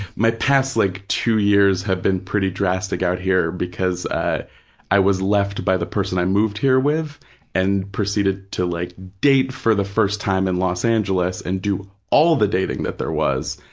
my past like two years have been pretty drastic out here because ah i was left by the person i moved here with and proceeded to like date for the first time in los angeles and do all the dating that there was,